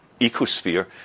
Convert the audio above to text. ecosphere